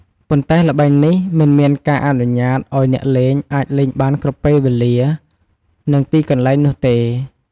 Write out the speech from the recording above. ប៉ុន្តែល្បែងនេះមិនមានការអនុញ្ញាតឱ្យអ្នកលេងអាចលេងបានគ្រប់ពេលវេលា និងទីកន្លែងនោះទេ។